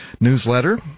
newsletter